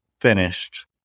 finished